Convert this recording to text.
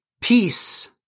peace